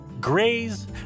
Graze